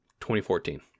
2014